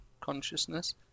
consciousness